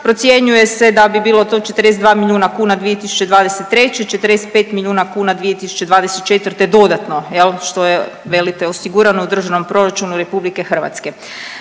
Procjenjuje se da bi bilo to 42 milijuna kuna 2023., 45 milijuna kuna 2024. dodatno jel što je velite osigurano u Državnom proračunu RH.